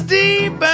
deep